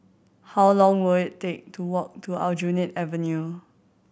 how long will it take to walk to Aljunied Avenue